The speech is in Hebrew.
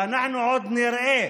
ואנחנו עוד נראה